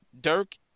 Dirk